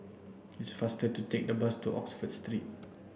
it's faster to take the bus to Oxford Street